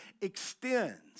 extends